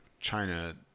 China